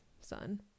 son